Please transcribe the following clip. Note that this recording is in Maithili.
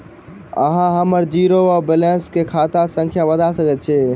अहाँ हम्मर जीरो वा बैलेंस केँ खाता संख्या बता सकैत छी?